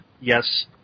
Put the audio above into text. yes